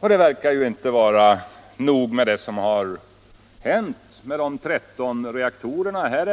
Jag har bett om det många gånger, både här i kammaren och i andra sammanhang. Det verkar nu inte vara tillräckligt med de 13 reaktorer som planeras.